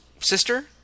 sister